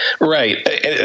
Right